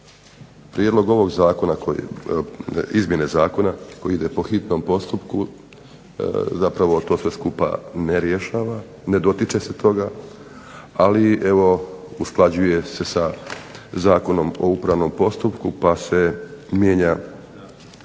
Prijedlog ove izmjene Zakona koji ide po hitnom postupku zapravo sve to skupa ne rješava, ne dotiče se toga, evo usklađuje se sa Zakonom o upravnom postupku pa se mijenja